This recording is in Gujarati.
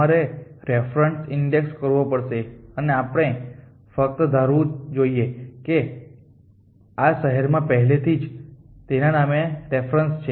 તમારે રેફરન્સ ઈન્ડેક્સ કરવો પડશે અને આપણે ફક્ત ધારવું જોઈએ કે આ શહેરમાં પહેલેથી જ તેના નામે રેફરન્સ છે